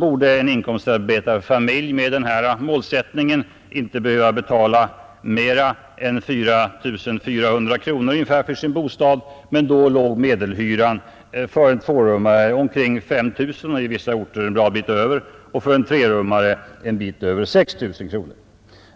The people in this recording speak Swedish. borde en industriarbetarfamilj med den här målsättningen inte behöva betala mera än ungefär 4400 kronor för sin bostad, men då låg medelhyran för en tvårummare på ungefär 5 000 kronor, på vissa orter en bra bit däröver, samt för en trerummare ett stycke över 6 000 kronor.